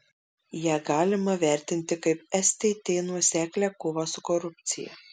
ją galima vertinti kaip stt nuoseklią kovą su korupcija